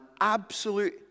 absolute